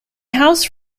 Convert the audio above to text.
house